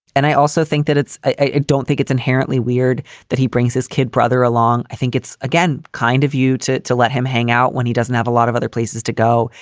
and i also think that it's i don't think it's inherently weird that he brings his kid brother along i think it's, again, kind of you to to let him hang out when he doesn't have a lot of other places to go.